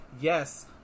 Yes